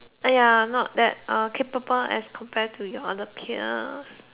!aiya! not that uh capable as compare to your other peers